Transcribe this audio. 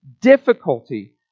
difficulty